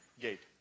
gate